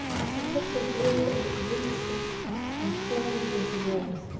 as she took the wool in its rude state and formed it into rolls,